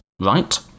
right